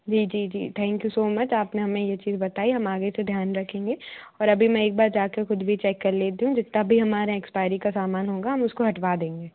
जी जी जी thank you so much आपने हमें ये चीज़ बताई हम आगे से ध्यान रखेंगे और अभी मैं एक बार जा कर ख़ुद भी चेक कर लेती हूँ जितना भी हमारा एक्सपायरी का समान होगा हम उसको हटवा देंगे